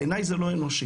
בעיני זה לא אנושי.